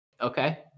Okay